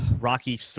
Rocky